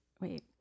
wait